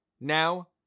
Now